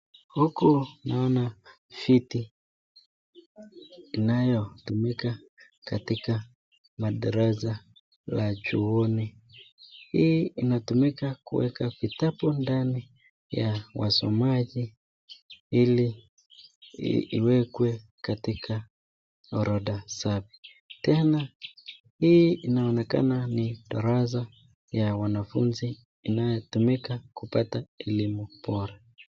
Huku naona viti inayotumika katika madarasa ya chuoni. Hii inatumika kuweka vitabu ndani ya wasomaji ili iwelwe katika aorodha safi. Tena hii inaonekana ni darasa ya wanafunzi inayotumika kupata elimu bora.